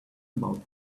about